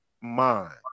mind